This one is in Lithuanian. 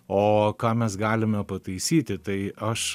o ką mes galime pataisyti tai aš